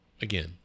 again